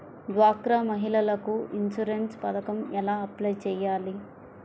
డ్వాక్రా మహిళలకు ఇన్సూరెన్స్ పథకం ఎలా అప్లై చెయ్యాలి?